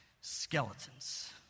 skeletons